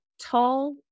tall